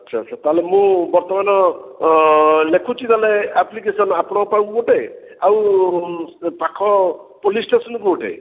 ଆଚ୍ଛା ଆଚ୍ଛା ତାହେଲେ ମୁଁ ବର୍ତ୍ତମାନ ଲେଖୁଛି ତାହେଲେ ଆପ୍ଲିକେସନ୍ ଆପଣଙ୍କ ପାଖକୁ ଗୋଟେ ଆଉ ପାଖ ପୋଲିସ୍ ଷ୍ଟେସନକୁ ଗୋଟେ